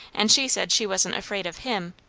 and she said she wasn't afraid of him.